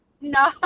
No